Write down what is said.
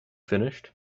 finished